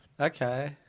Okay